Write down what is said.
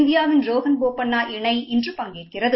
இந்தியாவின் ரோகன் போப்பாண்ணா இணை இன்று பங்கேற்கிறது